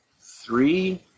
Three